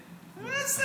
איזה,